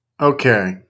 Okay